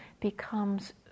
becomes